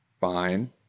fine